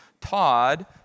Todd